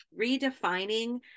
redefining